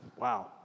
Wow